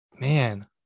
man